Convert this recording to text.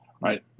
right